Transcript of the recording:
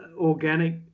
organic